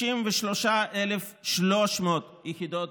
63,300 יחידות,